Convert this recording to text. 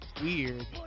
weird